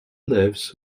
lives